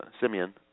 Simeon